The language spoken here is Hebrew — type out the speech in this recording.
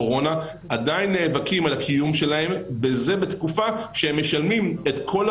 לראות חוות דעת שאומרת מה הפער בהדבקה בין מי שמחוסן ללא